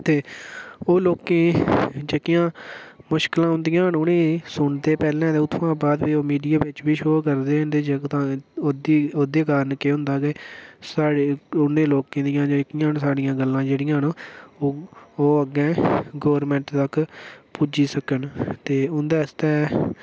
ते ओह् लोकें गी जेह्कियां मुश्कलां औंदिया न उ'नेंगी सुनदे पैह्लें ते उत्थुआं बाद फिर ओह् मीडिया बिच्च बी शो करदे न जे कुदै ओह्दी ओह्दे कारण केह् होंदा के साढ़ै उं'दे लोकें दियां जेह्कियां न साढ़ियां गल्लां जेह्ड़ियां न ओह् ओह् अग्गें गोरमेन्ट तक पुज्जी सकन ते उं'दे आस्तै